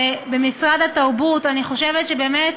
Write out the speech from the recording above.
במשרד התרבות, אני חושבת שבאמת